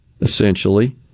essentially